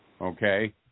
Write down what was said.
okay